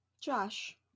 Josh